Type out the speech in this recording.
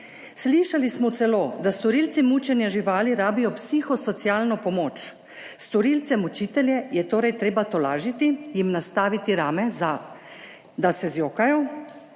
Slišali smo celo, da storilci mučenja živali rabijo psihosocialno pomoč. Storilce mučitelje je torej treba tolažiti, jim nastaviti ramo, da se zjokajo.